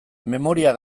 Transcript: memoria